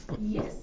Yes